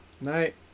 Night